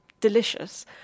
delicious